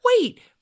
Wait